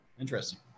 Interesting